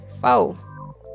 four